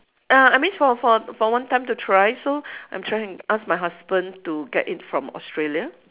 ah I mean for for for one time to try so I'm trying ask my husband to get it from Australia